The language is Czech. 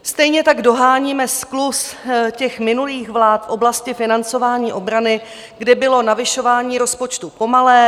Stejně tak doháníme skluz těch minulých vlád v oblasti financování obrany, kde bylo navyšování rozpočtu pomalé.